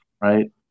Right